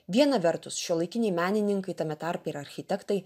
viena vertus šiuolaikiniai menininkai tame tarpe ir architektai